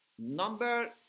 number